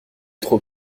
trop